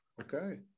okay